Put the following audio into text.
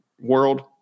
world